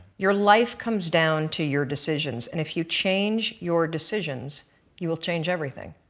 your life comes down to your decisions and if you change your decisions you will change everything.